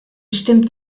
stimmt